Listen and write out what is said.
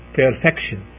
perfection